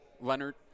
Leonard